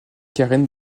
karen